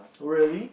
really